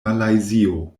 malajzio